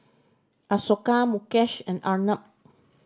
Ashoka Mukesh and Arnab